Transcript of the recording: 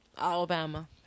Alabama